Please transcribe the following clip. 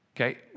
Okay